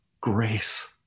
grace